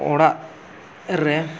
ᱚᱲᱟᱜ ᱨᱮ